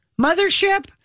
mothership